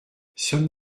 sommes